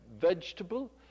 vegetable